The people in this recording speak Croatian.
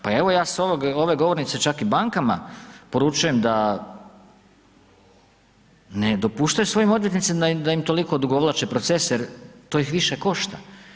Pa evo ja s ove govornice čak i bankama poručujem da ne dopuštaju svojim odvjetnicima da im toliko odugovlače procese jer to ih više košta.